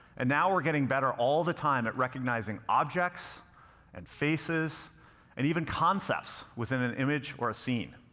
and now we're getting better all the time at recognizing objects and faces and even concepts within an image or a scene.